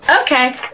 okay